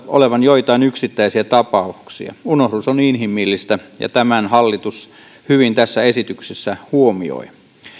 olevan joitain yksittäisiä tapauksia unohdus on inhimillistä ja tämän hallitus hyvin tässä esityksessä huomioi